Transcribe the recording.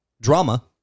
drama